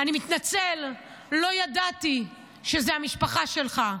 אני מתנצל, לא ידעתי שזאת המשפחה שלך.